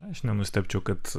aš nenustebčiau kad